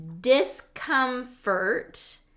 discomfort